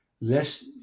less